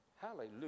hallelujah